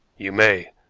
you may.